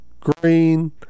Green